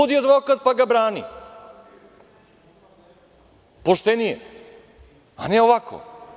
Budi advokat pa ga brani, poštenije je, a ne ovako.